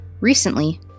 Recently